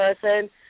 person